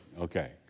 Okay